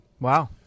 Wow